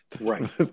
Right